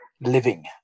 living